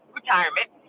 retirement